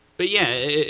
but yeah.